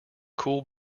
cool